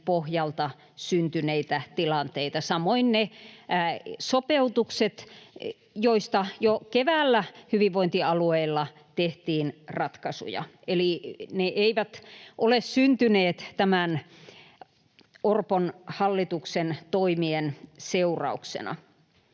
pohjalta syntynyt tilanne, samoin ne sopeutukset, joista jo keväällä hyvinvointialueilla tehtiin ratkaisuja. Eli ne eivät ole syntyneet tämän Orpon hallituksen toimien seurauksena.